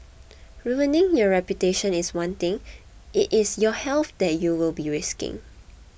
ruining your reputation is one thing it is your health that you will be risking